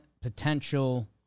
potential